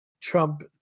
Trump